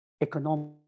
economic